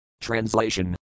Translation